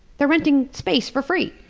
they're renting space for free!